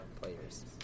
players